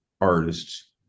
artists